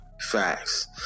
facts